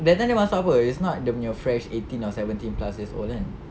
that time dia masuk apa it's not dia punya fresh eighteen or seventeen plus years old kan